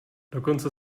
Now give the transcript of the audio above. dokonce